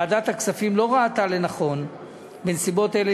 ועדת הכספים לא ראתה לנכון בנסיבות אלה